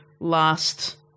last